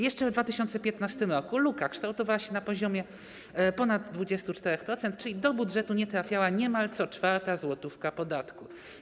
Jeszcze w 2015 r. luka kształtowała się na poziomie ponad 24%, czyli do budżetu nie trafiała niemal co czwarta złotówka podatku.